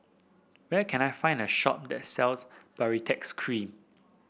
where can I find a shop that sells Baritex Cream